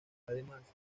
además